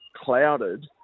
clouded